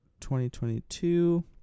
2022